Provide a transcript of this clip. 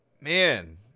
man